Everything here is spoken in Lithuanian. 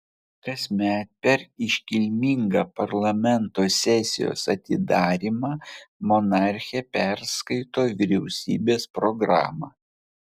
kasmet per iškilmingą parlamento sesijos atidarymą monarchė perskaito vyriausybės programą